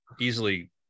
easily